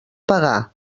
pagar